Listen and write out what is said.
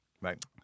right